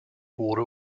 rohre